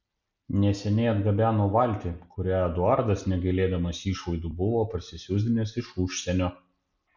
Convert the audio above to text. neseniai atgabeno valtį kurią eduardas negailėdamas išlaidų buvo parsisiųsdinęs iš užsienio